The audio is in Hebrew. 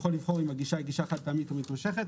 הגישה חד-פעמית או מתמשכת.